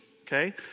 okay